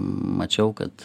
mačiau kad